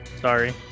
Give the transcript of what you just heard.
sorry